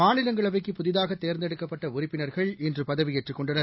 மாநிலங்களவைக்கு புதிதாகதேர்ந்தெடுக்கப்பட்டஉறப்பினர்கள் இன்றுபதவியேற்றுக் கொண்டனர்